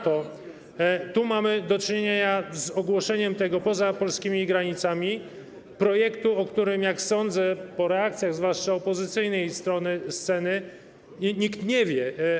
Tu mamy do czynienia z ogłoszeniem poza polskimi granicami projektu, o którym, jak sądzę po reakcjach zwłaszcza opozycyjnej strony sceny, nikt nie wie.